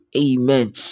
Amen